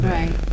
Right